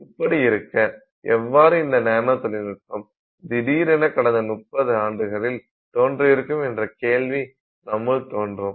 இப்படியிருக்க எவ்வாறு இந்த நானோ தொழில்நுட்பம் திடீரென கடந்த முப்பது ஆண்டுகளில் தோன்றியிருக்கும் என்ற கேள்வி நம்முள் தோன்றும்